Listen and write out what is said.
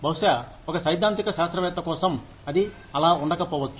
బహుశా ఒక సైద్ధాంతిక శాస్త్రవేత్త కోసం అది అలా ఉండకపోవచ్చు